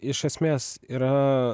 iš esmės yra